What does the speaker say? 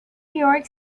york